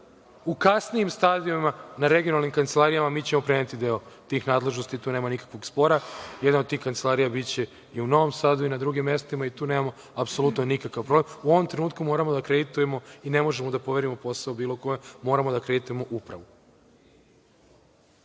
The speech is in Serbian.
U kasnijim stadijumima na regionalnim kancelarijama mi ćemo preneti deo tih nadležnosti, tu nema nikakvog spora. Jedna od tih kancelarija biće i u Novom Sadu i na drugim mestima i tu nemamo apsolutno nikakav problem. U ovom trenutku moramo da akreditujemo i ne možemo da poverimo posao bilo kome, moramo da akreditujemo upravu.